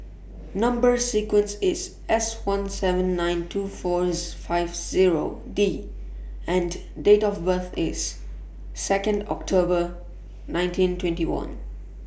Number sequence IS S one seven nine two four five Zero D and Date of birth IS Second October ninteen twenty one